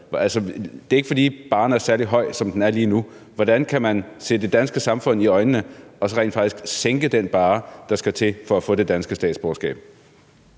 det er ikke, fordi barren er sat særlig højt, som det er lige nu. Hvordan kan man se det danske samfund i øjnene og så rent faktisk sænke den barre, der skal til, for at få det danske statsborgerskab?